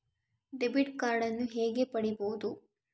Debit ಕಾರ್ಡನ್ನು ಹೇಗೆ ಪಡಿಬೋದು?